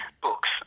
books